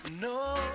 No